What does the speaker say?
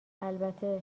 البته